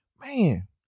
man